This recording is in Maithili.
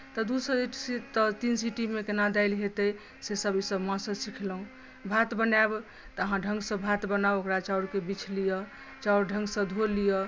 तऽ दूसँ तऽ तीन सीटीमे केना दालि हेतै सेसभ ईसभ माँसँ सिखलहुँ भात बनायब तऽ अहाँ ढङ्गसँ भात बनाउ ओकरा चाउरके बीछि लिअ चाउर ढङ्गसँ धो लिअ